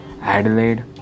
adelaide